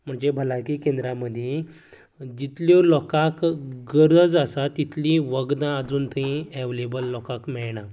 म्हणजे भलायकी केंद्रां मदीं जितल्यो लोकांक गरज आसा तितली वखदां आजून थंय एवेलेबल लोकांक मेळना